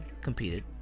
competed